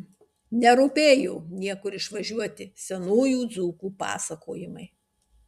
nerūpėjo niekur išvažiuoti senųjų dzūkų pasakojimai